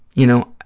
you know,